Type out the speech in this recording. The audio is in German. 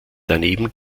daneben